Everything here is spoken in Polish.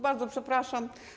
Bardzo przepraszam.